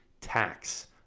tax